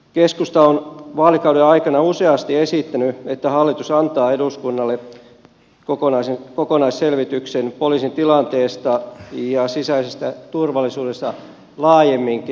keskusta on vaalikauden aikana useasti esittänyt että hallitus antaa eduskunnalle kokonaisselvityksen poliisin tilanteesta ja sisäisestä turvallisuudesta laajemminkin